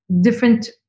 different